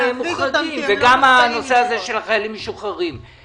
הם מוחרגים, וגם הנושא הזה של החיילים המשוחררים.